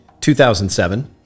2007